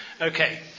Okay